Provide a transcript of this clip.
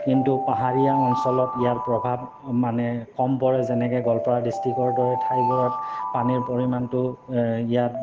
কিন্তু পাহাৰীয়া অঞ্চলত ইয়াৰ প্ৰভাৱ মানে কম পৰে যেনেকৈ গোৱালপাৰা ডিষ্ট্ৰিকৰ দৰে ঠাইবোৰত পানীৰ পৰিমাণটো ইয়াত